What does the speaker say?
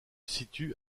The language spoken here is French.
situe